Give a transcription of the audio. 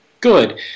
good